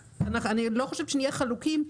אני לא חושבת שנהיה חלוקים בכך,